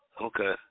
Okay